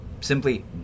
simply